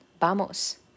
Vamos